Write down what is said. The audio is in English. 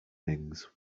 things